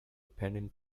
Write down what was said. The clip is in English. pennant